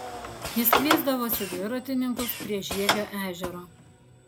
jis kviesdavosi dviratininkus prie žiegio ežero